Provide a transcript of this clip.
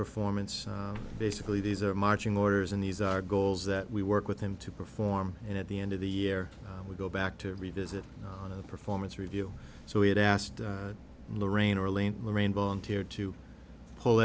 performance basically these are marching orders and these are goals that we work with them to perform and at the end of the year we go back to revisit performance review so it asked lorraine or elaine lorraine volunteered to pull